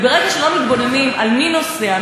ברגע שלא מתבוננים על מי נוסע,